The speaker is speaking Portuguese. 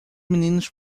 meninos